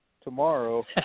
tomorrow